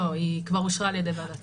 לא, לא היא כבר אושרה על ידי וועדת השרים.